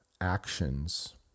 actions